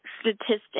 statistics